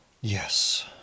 Yes